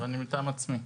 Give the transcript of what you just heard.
אבל אני מטעם עצמי.